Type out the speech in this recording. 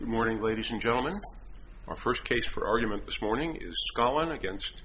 morning ladies and gentlemen our first case for argument this morning is one against